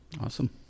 Awesome